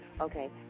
Okay